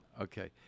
Okay